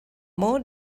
more